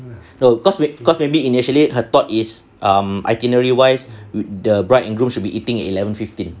no cause cause maybe initially her thought is um itinerary wise the bride and groom should be eating at eleven fifteen